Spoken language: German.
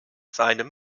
seinem